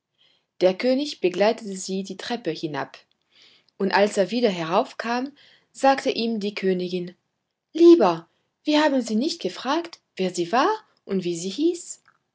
der könig begleitete sie die treppe hinab und als er wieder heraufkam sagte ihm die königin lieber wir haben sie nicht gefragt wer sie war und wie sie hieß